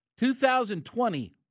2020